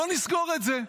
בוא נסגור את זה.